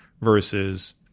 versus